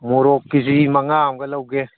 ꯃꯣꯔꯣꯛ ꯀꯦꯖꯤ ꯃꯉꯥ ꯑꯃꯒ ꯂꯧꯒꯦ